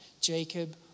Jacob